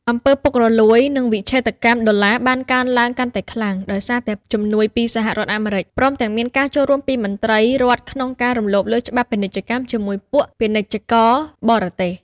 អំពើពុករលួយ និងវិច្ឆេទកម្មដុល្លារបានកើនឡើងកាន់តែខ្លាំង ដោយសារតែជំនួយពីសហរដ្ឋអាមេរិក ព្រមទាំងមានការចូលរួមពីមន្ត្រីរដ្ឋក្នុងការរំលោភលើច្បាប់ពាណិជ្ជកម្មជាមួយពួកពាណិជ្ជករបរទេស។